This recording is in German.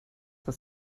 das